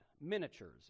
Miniatures